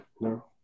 No